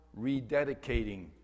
rededicating